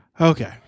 Okay